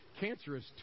cancerous